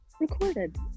recorded